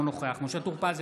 אינו נוכח משה טור פז,